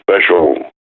special